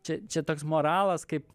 čia čia toks moralas kaip